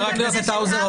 חבר הכנסת האוזר,